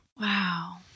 Wow